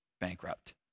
bankrupt